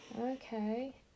Okay